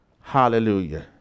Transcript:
Hallelujah